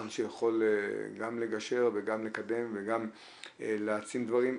שיכול גם לגשר וגם לקדם וגם להעצים דברים.